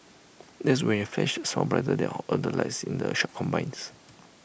that's when you flash A smile brighter than all the lights in the shop combined